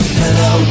hello